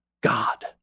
God